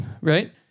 right